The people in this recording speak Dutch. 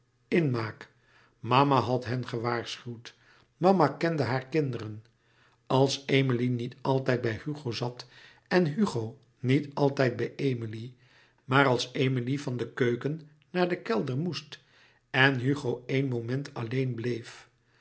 inmaak mama had hen gewaarschuwd mama louis couperus metamorfoze kende haar kinderen als emilie niet altijd bij hugo zat en hugo niet altijd bij emilie maar als emilie van de keuken naar den kelder moest en hugo éen moment alleen bleef